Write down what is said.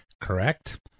Correct